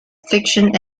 fiction